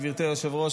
גברתי היושבת-ראש,